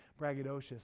braggadocious